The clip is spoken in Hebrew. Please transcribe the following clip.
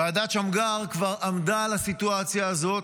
ועדת שמגר כבר עמדה על הסיטואציה הזאת,